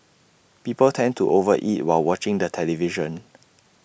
people tend to over eat while watching the television